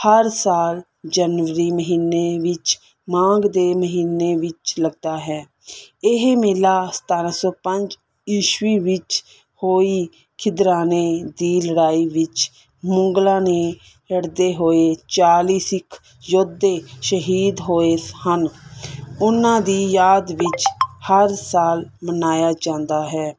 ਹਰ ਸਾਲ ਜਨਵਰੀ ਮਹੀਨੇ ਵਿੱਚ ਮਾਘ ਦੇ ਮਹੀਨੇ ਵਿੱਚ ਲੱਗਦਾ ਹੈ ਇਹ ਮੇਲਾ ਸਤਾਰ੍ਹਾਂ ਸੌ ਪੰਜ ਈਸਵੀਂ ਵਿੱਚ ਹੋਈ ਖਿਦਰਾਨੇ ਦੀ ਲੜਾਈ ਵਿੱਚ ਮੁਗਲਾਂ ਨੇ ਲ਼ੜਦੇ ਹੋਏ ਚਾਲ੍ਹੀ ਸਿੱਖ ਯੋਧੇ ਸ਼ਹੀਦ ਹੋਏ ਹਨ ਉਹਨਾਂ ਦੀ ਯਾਦ ਵਿੱਚ ਹਰ ਸਾਲ ਮਨਾਇਆ ਜਾਂਦਾ ਹੈ